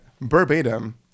Verbatim